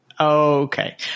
Okay